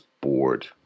bored